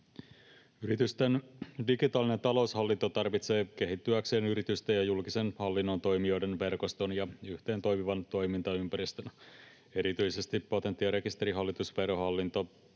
Yritysten digitaalinen taloushallinto tarvitsee kehittyäkseen yritysten ja julkisen hallinnon toimijoiden verkoston ja yhteentoimivan toimintaympäristön. Erityisesti Patentti‑ ja rekisterihallitus, Verohallinto,